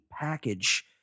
package